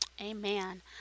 Amen